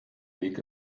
weg